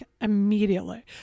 immediately